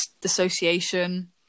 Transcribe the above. dissociation